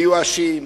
מיואשים,